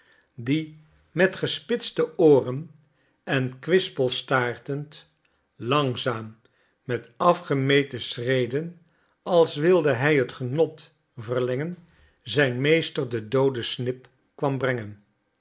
die met gespitste ooren en kwispelstaartend langzaam met afgemeten schreden als wilde hij het genot verlengen zijn meester de doode snip kwam brengen